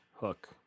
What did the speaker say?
Hook